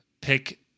pick